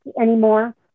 anymore